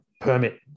permit